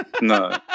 no